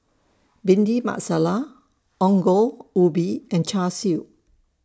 Bhindi Masala Ongol Ubi and Char Siu